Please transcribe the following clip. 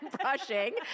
brushing